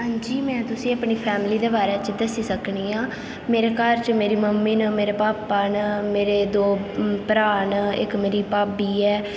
हां जी में तुसें अपनी फैमिली दे बारे च दस्सी सकनी आं मेरे घर च मेरी मम्मी न मेरे पापा न मेरे दो भ्राऽ न इक मेरी भाभी ऐ